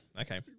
Okay